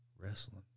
wrestling